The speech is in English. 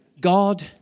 God